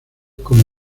como